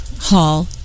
hall